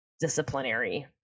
disciplinary